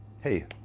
hey